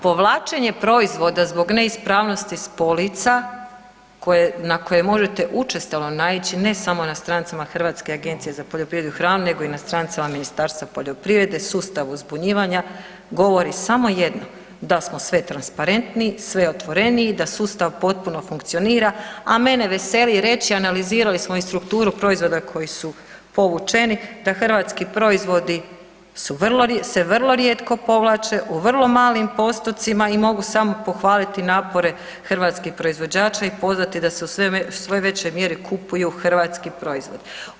Povlačenje proizvoda zbog neispravnosti s polica na koje možete učestalo naići ne samo na stranicama Hrvatske agencije za poljoprivredu i hranu nego i na stranicama Ministarstva poljoprivrede, sustavu ... govori samo jedno, da smo sve transparentniji, sve otvoreniji, da su sustav potpuno funkcionira a mene veseli reći i analizirali smo i strukturu proizvoda koji su povučeni, da hrvatski proizvodi se vrlo rijetko povlače, u vrlo malim postotcima i mogu samo pohvaliti napore hrvatskih proizvođača i pozvati da se u većoj mjeri kupuju hrvatski proizvodi.